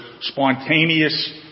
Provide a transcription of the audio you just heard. spontaneous